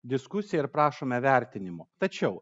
diskusija ir prašome vertinimų tačiau